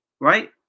right